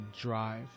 drive